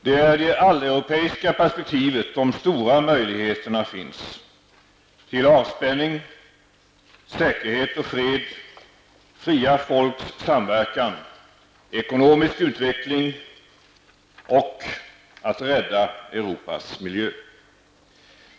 Det är i det alleuropeiska perspektivet de stora möjligheterna finns -- till avspänning, säkerhet och fred, fria folks samverkan, ekonomisk utveckling och att rädda Europas miljö.